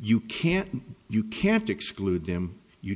you can't you can't exclude them you